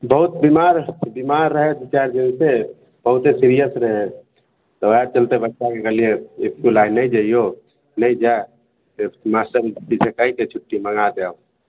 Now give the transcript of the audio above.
बहुत बीमार बीमार रहै दुइ चारि दिनसँ बहुते सीरिअस रहै तऽ वएह चलते बच्चाके कहलिए इसकुल आइ नहि जइऔ नहि जा से मास्टरजी से कहिके छुट्टी मँगा देब